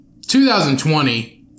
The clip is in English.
2020